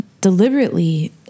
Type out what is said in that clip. deliberately